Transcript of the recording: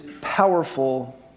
powerful